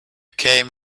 came